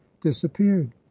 disappeared